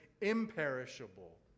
imperishable